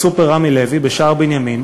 בסופר "רמי לוי" בשער-בנימין,